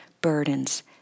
burdens